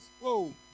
whoa